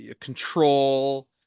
control